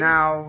Now